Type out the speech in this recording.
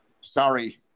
sorry